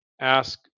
ask